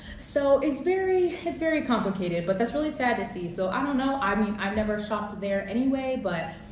so it's very it's very complicated but that's really sad to see. so i don't know. i mean, i've never shopped there anyway but